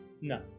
No